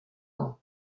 film